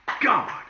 God